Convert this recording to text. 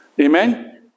Amen